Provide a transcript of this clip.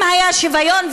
אם היה שוויון,